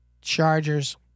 Chargers